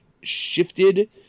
shifted